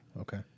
Okay